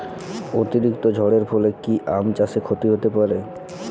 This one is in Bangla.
অতিরিক্ত ঝড়ের ফলে কি আম চাষে ক্ষতি হতে পারে?